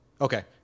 Okay